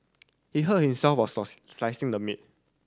he hurt himself while slicing the meat